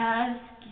ask